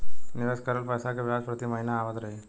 निवेश करल पैसा के ब्याज प्रति महीना आवत रही?